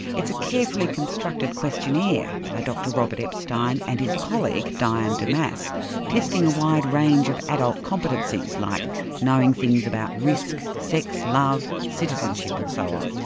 it's a carefully constructed questionnaire by dr robert epstein and his colleague diane dumas, testing a wide range of adult competencies like knowing things about risk, sex, love, citizenship and so on.